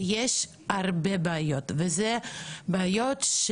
יש הרבה בעיות דומות,